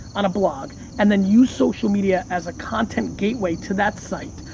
on a blog, and then use social media as a content-gateway to that site,